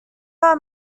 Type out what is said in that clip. are